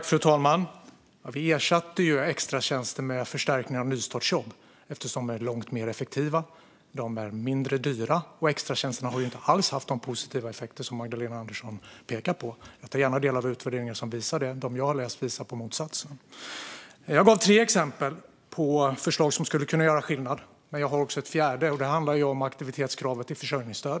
Fru talman! Vi ersatte extratjänster med förstärkningar av nystartsjobb, eftersom dessa är långt mer effektiva och mindre dyra. Extratjänsterna har inte alls haft de positiva effekter som Magdalena Andersson pekar på. Jag tar gärna del av utvärderingar som visar det. De som jag har läst visar på motsatsen. Jag gav tre exempel på förslag som skulle kunna göra skillnad, men jag har också ett fjärde. Det handlar om aktivitetskravet i försörjningsstödet.